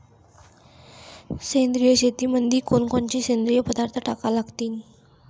सेंद्रिय शेतीमंदी कोनकोनचे सेंद्रिय पदार्थ टाका लागतीन?